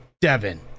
Devin